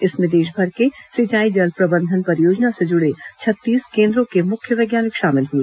इसमें देशभर के सिंचाई जल प्रबंधन परियोजना से जुड़े छत्तीस केन्द्रों के मुख्य वैज्ञानिक शामिल हुए